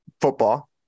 football